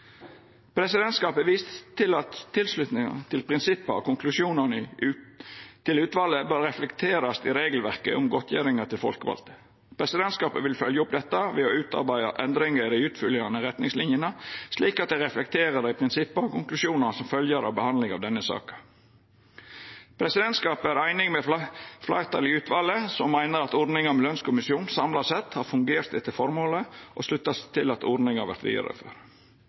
Presidentskapet viser til at tilslutninga til prinsippa og konklusjonane til utvalet bør reflekterast i regelverket om godtgjeringar til folkevalde. Presidentskapet vil følgja opp dette ved å utarbeide endringar i dei utfyllande retningslinjene, slik at dei reflekterer dei prinsippa og konklusjonane som følgjer av behandlinga av denne saka. Presidentskapet er einig med fleirtalet i utvalet, som meiner at ordninga med lønskommisjon samla sett har fungert etter formålet, og sluttar seg til at ordninga vert